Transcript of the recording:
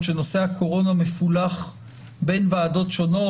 שנושא הקורונה מפולח בין ועדות שונות.